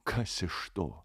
kas iš to